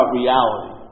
reality